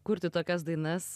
kurti tokias dainas